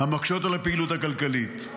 המקשות על הפעילות הכלכלית.